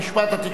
התקשורת,